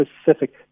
specific